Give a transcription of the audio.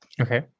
Okay